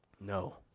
No